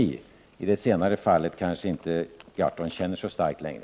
I det senare fallet kanske inte Per Gahrton känner så starkt längre.